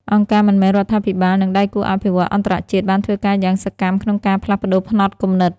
អង្គការមិនមែនរដ្ឋាភិបាល និងដៃគូអភិវឌ្ឍន៍អន្តរជាតិបានធ្វើការយ៉ាងសកម្មក្នុងការផ្លាស់ប្តូរផ្នត់គំនិត។